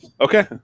Okay